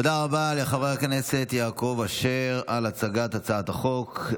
תודה רבה לחבר הכנסת יעקב אשר על הצגת הצעת החוק.